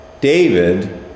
David